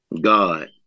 God